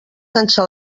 sense